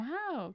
Wow